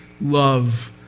love